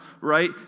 right